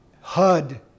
HUD